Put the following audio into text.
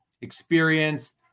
experience